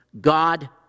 God